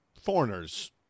Foreigner's